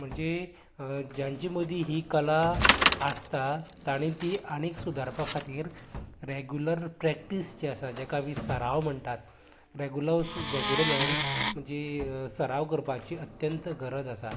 म्हणजे जेंचे मदीं ही कला आसता तांणी ती आनीक सुदारपा खातीर रेगुलर प्रेक्टीस जी आसा जेका आमी सराव म्हणटात रेग्युलर रेग्युलर जी सरांव करपाची अत्यंत गरज आसा